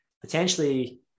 potentially